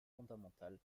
fondamentale